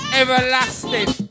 everlasting